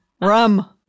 Rum